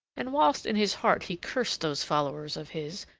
and whilst in his heart he cursed those followers of his,